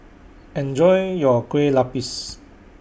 Enjoy your Kueh Lapis